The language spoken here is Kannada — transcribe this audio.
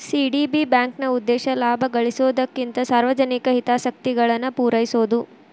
ಸಿ.ಡಿ.ಬಿ ಬ್ಯಾಂಕ್ನ ಉದ್ದೇಶ ಲಾಭ ಗಳಿಸೊದಕ್ಕಿಂತ ಸಾರ್ವಜನಿಕ ಹಿತಾಸಕ್ತಿಗಳನ್ನ ಪೂರೈಸೊದು